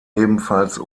ebenfalls